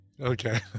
Okay